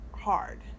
hard